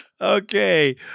Okay